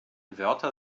wörter